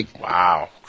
Wow